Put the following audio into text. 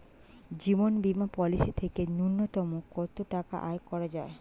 জীবন বীমা পলিসি থেকে ন্যূনতম কত টাকা আয় করা যায়?